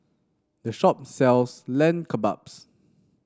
this shop sells Lamb Kebabs